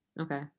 Okay